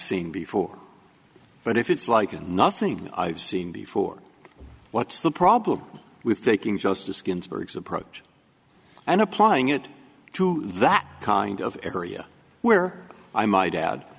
seen before but if it's like and nothing i've seen before what's the problem with taking justice ginsburg's approach and applying it to that kind of area where i m